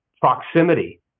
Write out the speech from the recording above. proximity